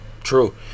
True